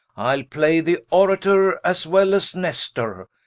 ile play the orator as well as nestor,